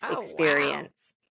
experience